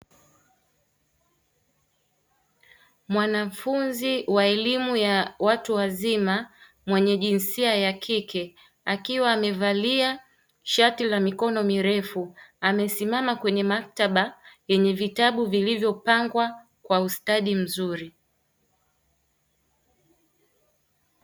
Mwanafunzi wa elimu ya watu wazima mwenye jinsia ya kike akiwa amevalia shati la mikono mirefu amesimama kwenye maktaba yenye vitabu vilivyo pangwa kwa ustadi mzuri.